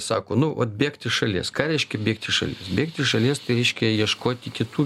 sako nu vat bėgt iš šalies ką reiškia bėgt iš šalies bėgt iš šalies tai reiškia ieškoti kitų